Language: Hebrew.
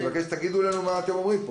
אני מבקש שתגידו לנו מה אתם אומרים פה.